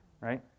right